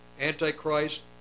Antichrist